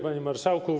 Panie Marszałku!